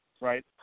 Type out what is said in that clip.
right